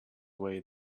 way